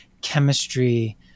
chemistry